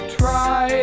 try